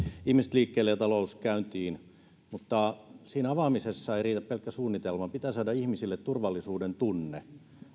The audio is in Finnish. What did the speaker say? ihmiset liikkeelle ja talous käyntiin mutta siinä avaamisessa ei riitä pelkkä suunnitelma pitää saada ihmisille turvallisuudentunne